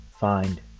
Find